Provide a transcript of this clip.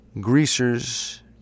Greasers